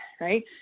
right